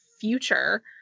future